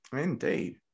Indeed